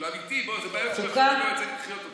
זה אמיתי, זה בעיות שאף אחד לא רוצה לחיות איתן.